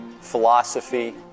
philosophy